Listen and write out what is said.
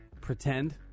Pretend